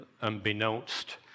unbeknownst